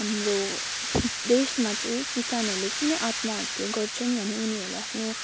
हाम्रो देशमा चाहिँ किसानहरूले किन आत्महत्या गर्छन् भने उनीहरूले आफ्नो